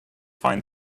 find